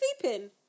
sleeping